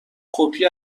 کپی